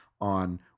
on